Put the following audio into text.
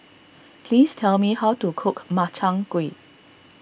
please tell me how to cook Makchang Gui